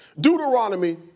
Deuteronomy